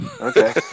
Okay